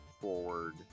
forward